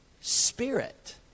spirit